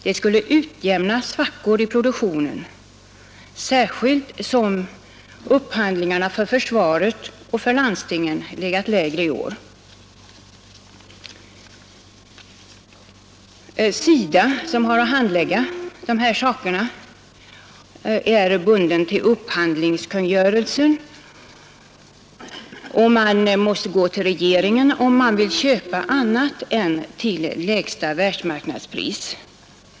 Det skulle utjämna svackor i produktionen, särskilt som 5 upphandlingarna för försvaret och för landstingen legat lägre i år. Nr 123 SIDA som har att handlägga de här frågorna är bunden av upphand Torsdagen den HRRSKIDERIpINA, och man måste gå till regeringen om man vill köpa annat 23 föveniber 1972 än till lägsta världsmarknadspris.